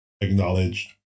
Acknowledged